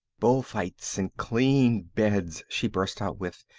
bullfights and clean beds, she burst out with.